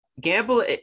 Gamble